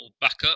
backup